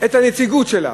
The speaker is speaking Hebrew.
את הנציגות שלה